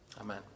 amen